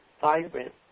vibrant